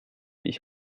ich